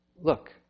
look